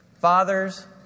Fathers